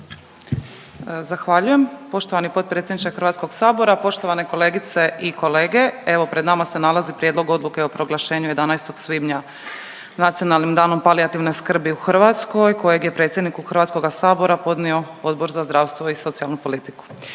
Zahvaljujem poštovani potpredsjedniče HS. Poštovane kolegice i kolege, evo pred nama se nalazi Prijedlog odluke o proglašenju 11. svibnja Nacionalnim danom palijativne skrbi u Hrvatskoj kojeg je predsjedniku HS podnio Odbor za zdravstvo i socijalnu politiku.